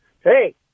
Hey